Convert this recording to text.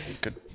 Good